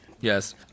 yes